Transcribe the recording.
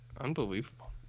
Unbelievable